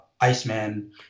Iceman